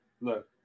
look